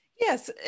Yes